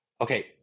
Okay